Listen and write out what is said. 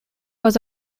was